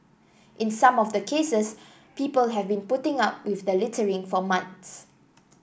in some of the cases people have been putting up with the littering for months